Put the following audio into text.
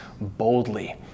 boldly